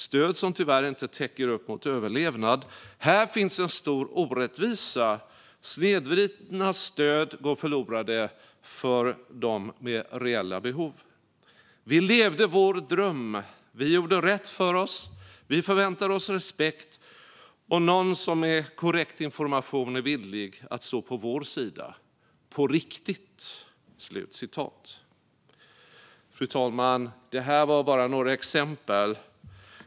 Stöd, som tyvärr inte täcker upp mot överlevnad. Här finns en stor orättvisa. Snedvridna stöd går förlorade för de med reella behov. Vi levde vår dröm, vi gjorde rätt för oss. Vi förväntar oss respekt och någon som med korrekt information är villig att stå på vår sida - på riktigt!" Fru talman! Detta var bara några exempel.